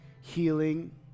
healing